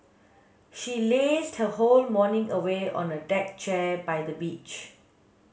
she lazed her whole morning away on a deck chair by the beach